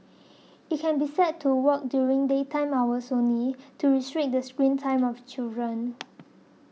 it can be set to work during daytime hours only to restrict the screen time of children